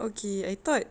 okay I thought